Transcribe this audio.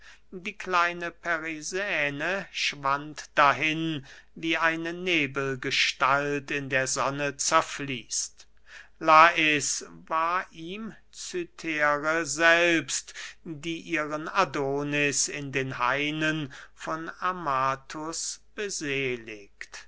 die kleine perisäne schwand dahin wie eine nebelgestalt in der sonne zerfließt lais war ihm cythere selbst die ihren adonis in den hainen von amathus